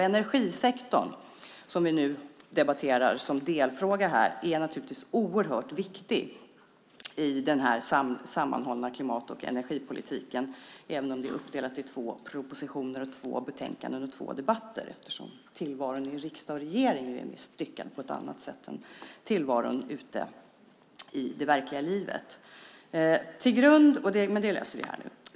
Energisektorn, som vi nu debatterar som delfråga, är naturligtvis oerhört viktig i den sammanhållna klimat och energipolitiken, även om den är uppdelad på två propositioner, två betänkanden och två debatter, eftersom tillvaron i riksdag och regering är styckad på ett annat sätt än tillvaron ute i det verkliga livet. Det löser vi nu.